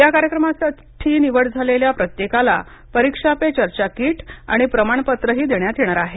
या कार्यक्रमासाठी निवड झालेल्या प्रत्येकाला परीक्षा पे चर्चा कीट आणि प्रमाणपत्रही देण्यात येणार आहे